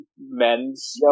Men's